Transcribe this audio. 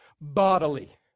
bodily